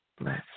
bless